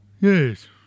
Yes